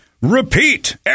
repeat